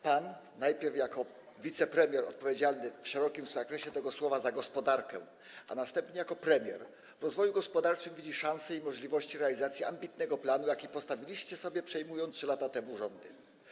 Pan, najpierw jako wicepremier odpowiedzialny w szerokim zakresie tego słowa za gospodarkę, a następnie jako premier w rozwoju gospodarczym widzi szansę i możliwości realizacji ambitnego planu, jaki przyjęliście, przejmując 3 lata temu rządy.